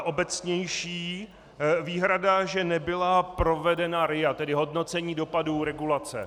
Obecnější výhrada, že nebyla provedena RIA, tedy hodnocení dopadů regulace.